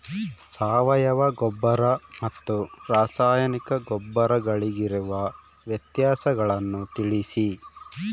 ಸಾವಯವ ಗೊಬ್ಬರ ಮತ್ತು ರಾಸಾಯನಿಕ ಗೊಬ್ಬರಗಳಿಗಿರುವ ವ್ಯತ್ಯಾಸಗಳನ್ನು ತಿಳಿಸಿ?